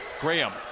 Graham